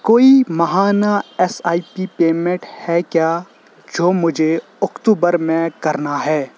کوئی ماہانہ S I P payment ہے کیا جو مجھے اکتوبر میں کرنا ہے